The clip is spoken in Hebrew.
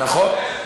נכון.